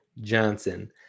Johnson